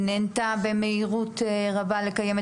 תנובה ודבח שולטים בכ-80 אחוז מהשוק של יבוא המשלוחים החיים.